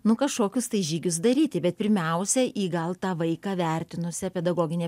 nu kažkokius tai žygius daryti bet pirmiausia į gal tą vaiką vertinusią pedagoginę